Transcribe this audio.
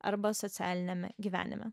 arba socialiniame gyvenime